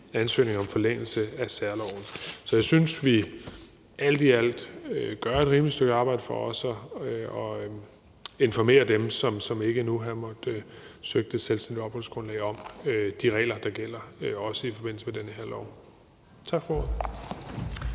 ansøgning om forlængelse af særloven. Så jeg synes, vi alt i alt gør et rimeligt stykke arbejde for også at informere dem, som ikke nu her måtte have søgt et selvstændigt opholdsgrundlag, om de regler, der gælder, også i forbindelse med den her lov. Tak for ordet.